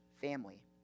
family